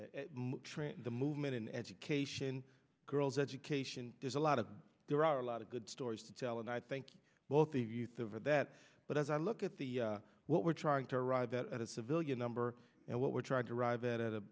the movement in education girls education there's a lot of there are a lot of good stories to tell and i think what the youth over that but as i look at the what we're trying to arrive at a civilian number and what we're trying to arrive at